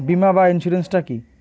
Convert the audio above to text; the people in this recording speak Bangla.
বিমা বা ইন্সুরেন্স টা কি?